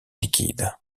liquide